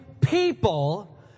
people